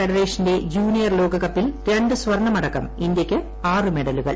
ഫെഡറേഷന്റെ ജൂനിയർ ലോകകപ്പിൽ രണ്ട് സ്വർണമടക്കം ഇന്ത്യക്ക് ആറ് മെഡലുകൾ